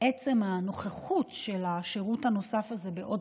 עצם הנוכחות של השירות הנוסף הזה בעוד